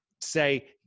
say